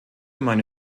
meine